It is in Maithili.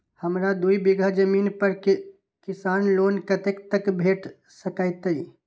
हमरा दूय बीगहा जमीन पर किसान लोन कतेक तक भेट सकतै?